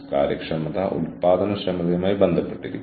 ആ സമയത്ത് ചില കൂടുതൽ ചിലവുകൾ ആവശ്യമായി വന്നേക്കാം